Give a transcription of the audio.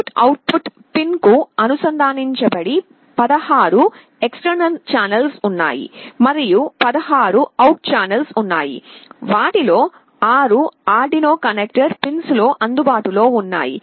in put output pin కు అనుసంధానించబడిన 16 బాహ్య ఛానెల్స్ ఉన్నాయి మరియు 16 ఛానళ్ళలో ఉన్నాయి వాటిలో 6 ఆర్డినో కనెక్టర్ పిన్స్లో అందుబాటులో ఉన్నాయి